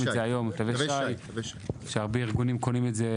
הרבה ארגונים קונים את זה,